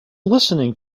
listening